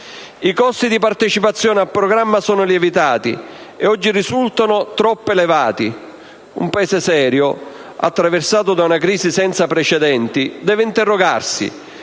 I costi di partecipazione al programma sono lievitati e oggi risultano troppo elevati. Un paese serio, attraversato da una crisi senza precedenti, deve interrogarsi